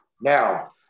Now